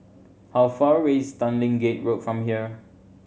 how far away is Tanglin Gate Road from here